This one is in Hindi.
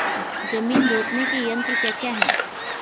जमीन जोतने के यंत्र क्या क्या हैं?